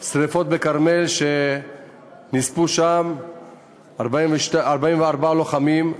השרפה בכרמל, שנספו שם 44 לוחמים,